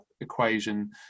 equation